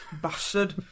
Bastard